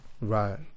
Right